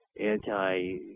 -anti